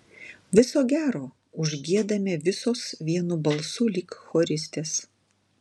viso gero užgiedame visos vienu balsu lyg choristės